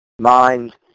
mind